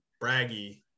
Braggy